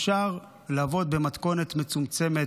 אפשר לעבוד במתכונת מצומצמת,